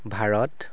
Bharat